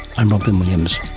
and robyn williams